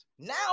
Now